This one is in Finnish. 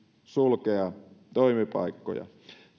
sulkea toimipaikkoja